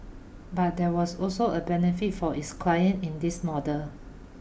but there was also a benefit for its client in this model